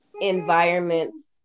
environments